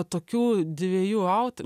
tokių dviejų auto